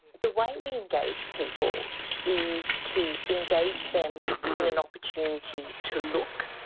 the way we engage people is to engage them in an opportunity to look,